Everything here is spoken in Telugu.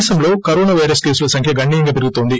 దేశంలో కరోనా పైరస్ కేసుల సంఖ్య గణనీయంగా పెరుగుతోంది